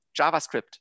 JavaScript